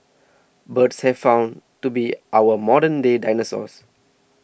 birds have been found to be our modern day dinosaurs